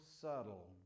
subtle